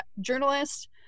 journalist